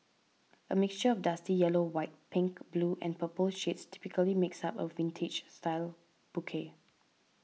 a mixture of dusty yellow white pink blue and purple shades typically makes up a vintage style bouquet